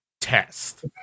test